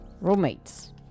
roommates